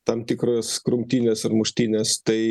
tam tikros grumtynės ir muštynės tai